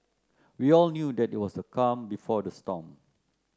we all knew that it was the calm before the storm